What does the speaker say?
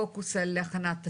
פוקוס על הכנת תצ"רים,